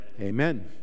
amen